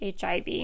HIV